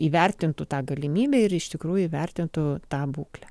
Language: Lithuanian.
įvertintų tą galimybę ir iš tikrųjų įvertintų tą būklę